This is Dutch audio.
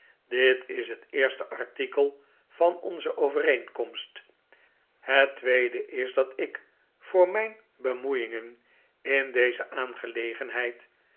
dit is het eerste artikel van onze overeenkomst het tweede is dat ik voor mijn bemoeiingen in deze aangelegenheid